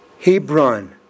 Hebron